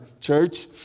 church